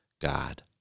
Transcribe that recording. God